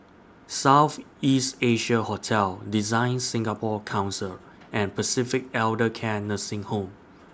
South East Asia Hotel DesignSingapore Council and Pacific Elder Care Nursing Home